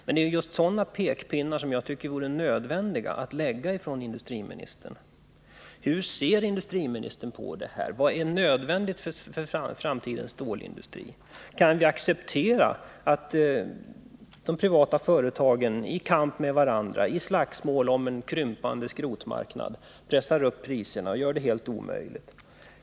Men det är just sådana pekpinnar som jag tycker är nödvändiga från 143 industriministerns sida. Hur ser industriministern på detta? Vad är nödvändigt för framtidens stålindustri? Kan vi acceptera att de privata företagen i kamp med varandra, i slagsmål om en krympande skrotmarknad, pressar upp priserna och omöjliggör en rimlig utveckling?